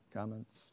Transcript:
Comments